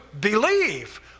believe